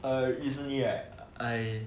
recently right I